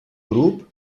grup